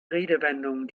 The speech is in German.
redewendungen